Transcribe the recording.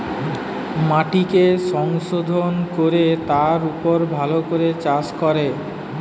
মাটিকে সংশোধন কোরে তার উপর ভালো ভাবে চাষ করে